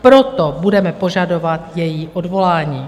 Proto budeme požadovat její odvolání.